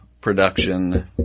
production